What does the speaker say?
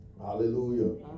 Hallelujah